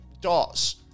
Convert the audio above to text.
dots